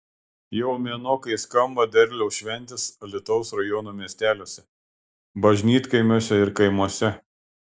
jau mėnuo kai skamba derliaus šventės alytaus rajono miesteliuose bažnytkaimiuose ir kaimuose